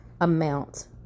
amount